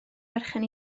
berchen